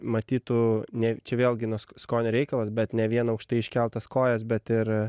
matytų ne čia vėlgi skonio reikalas bet ne vien aukštai iškeltas kojas bet ir